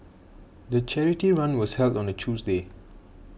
the charity run was held on a Tuesday